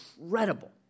incredible